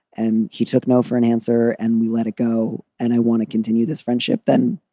and he took no for an answer and we let it go. and i want to continue this friendship then.